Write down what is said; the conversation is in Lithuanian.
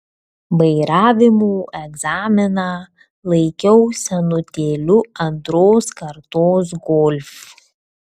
vairavimo egzaminą laikiau senutėliu antros kartos golf